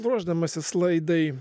ruošdamasis laidai